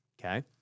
okay